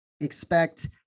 expect